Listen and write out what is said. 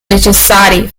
necessari